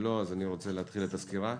אם לא, אני רוצה להתחיל את הסקירה.